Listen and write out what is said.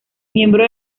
miembro